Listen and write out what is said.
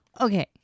Okay